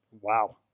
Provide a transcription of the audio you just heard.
Wow